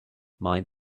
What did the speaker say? mind